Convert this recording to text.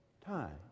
time